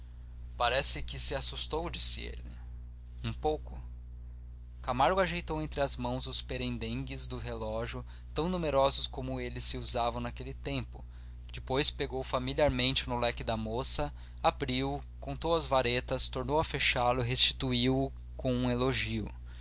parece que se assustou disse ele um pouco camargo agitou entre as mãos os perendengues do relógio tão numerosos como eles se usavam naquele tempo depois pegou familiarmente no leque da moça abriu-o contou as varetas tornou a fechá-lo e restituiu o com um elogio